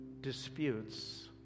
disputes